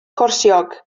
corsiog